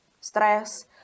Stress